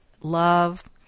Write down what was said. love